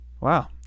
wow